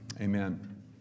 amen